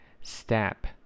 step